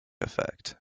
effect